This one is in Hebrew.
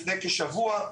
לפני כשבוע,